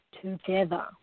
together